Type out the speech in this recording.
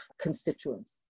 constituents